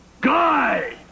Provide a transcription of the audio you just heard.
guy